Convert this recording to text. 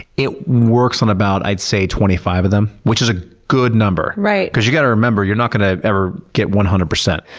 it works on about, i'd say, twenty five of them, which is a good number. because you gotta remember, you're not gonna ever get one hundred percent.